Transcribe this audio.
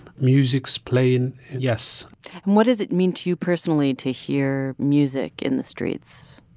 music's playing. yes and what does it mean to you personally to hear music in the streets?